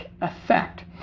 effect